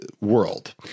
world